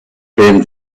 been